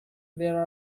there